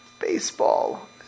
baseball